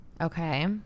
Okay